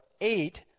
eight